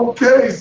Okay